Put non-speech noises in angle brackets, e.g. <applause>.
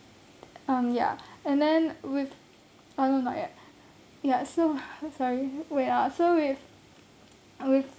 um ya and then with ah no not yet ya so <breath> sorry wait ah so with with